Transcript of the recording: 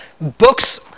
Books